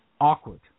awkward